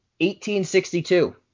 1862